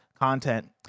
content